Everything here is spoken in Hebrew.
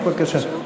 בבקשה.